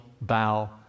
bow